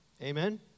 Amen